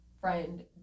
friend